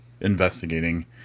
investigating